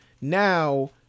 now